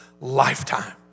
lifetime